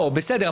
בסדר,